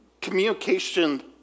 Communication